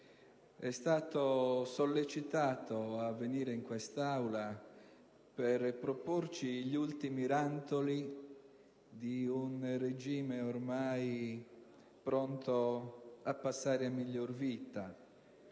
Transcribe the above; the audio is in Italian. è stato sollecitato a venire in quest'Aula per proporci gli ultimi rantoli di un regime ormai pronto a passare a miglior vita.